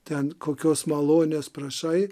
ten kokios malonės prašai